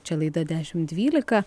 čia laida dešimt dvylika